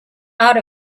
out